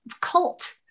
cult